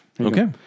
Okay